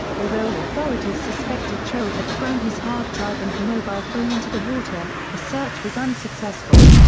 although authorities suspected cho had thrown his hard drive and mobile phone into the water, a search was unsuccessful.